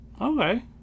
Okay